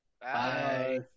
Bye